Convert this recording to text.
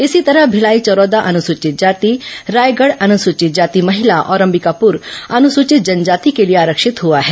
इसी तरह भिलाई चरोदा अनुसचित जाति रायगढ अनुसचित जाति महिला और अंबिकापुर अनुसचित जनजाति के लिए आरक्षित हुआ है